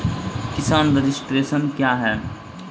किसान रजिस्ट्रेशन क्या हैं?